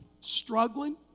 struggling